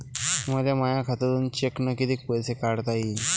मले माया खात्यातून चेकनं कितीक पैसे काढता येईन?